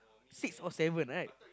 six or seven right